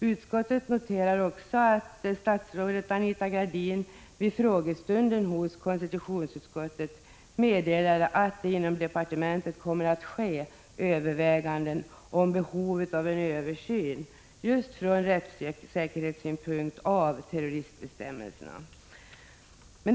Utskottet noterar att statsrådet Anita Gradin vid frågestunden hos konstitutionsutskottet meddelade att det inom departementet kommer att ske överväganden om behovet av en översyn av terroristbestämmelserna, just från rättssäkerhetssynpunkt.